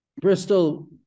Bristol